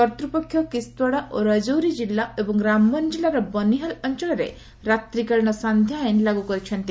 କର୍ତ୍ତ୍ପକ୍ଷ କିସ୍ତ୍ୱାଡ଼ା ଓ ରାଜୌରୀ ଜିଲ୍ଲା ଏବଂ ରାମବନ୍ ଜିଲ୍ଲାର ବନିହାଲ ଅଞ୍ଅଳରେ ରାତ୍ରିକାଳିନ ସାଧ୍ଧ୍ୟଆଇନ ଲାଗୁ କରିଛନ୍ତି